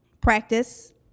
practice